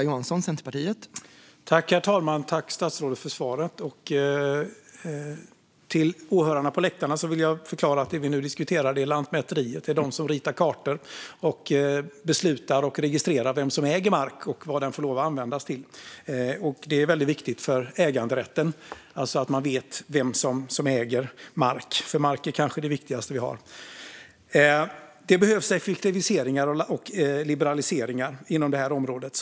Herr talman! Tack, statsrådet, för svaret! För åhörarna på läktaren vill jag förklara att det vi nu diskuterar är Lantmäteriet. Det är de som ritar kartor och beslutar och registrerar vem som äger mark och vad den får lov att användas till. Det är väldigt viktigt för äganderätten, alltså att man vet vem som äger mark, för mark är kanske det viktigaste vi har. Det behövs effektiviseringar och liberaliseringar inom detta område.